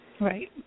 Right